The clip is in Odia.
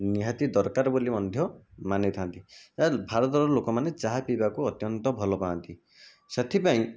ନିହାତି ଦରକାର ବୋଲି ମଧ୍ୟ ମାନିଥାନ୍ତି ଭାରତର ଲୋକମାନେ ଚାହା ପିଇବାକୁ ଅତ୍ୟନ୍ତ ଭଲପାଆନ୍ତି ସେଥିପାଇଁ